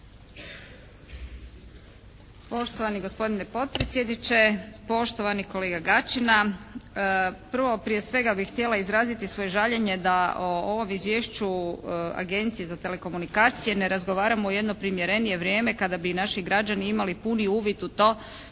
Poštovani gospodine potpredsjedniče, poštovani kolega Gačina. Prvo, prije svega bih htjela izraziti svoje žaljenje da o ovome Izvješću Agencije za telekomunikacije ne razgovaramo u jedno primjerenije vrijeme kada bi i naši građani imali puni uvid u to